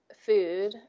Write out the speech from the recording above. food